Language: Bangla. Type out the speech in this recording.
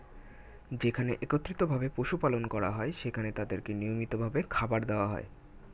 যেখানে একত্রিত ভাবে পশু পালন করা হয়, সেখানে তাদেরকে নিয়মিত ভাবে খাবার দেওয়া হয়